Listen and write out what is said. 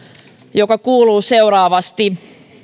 joka kuuluu seuraavasti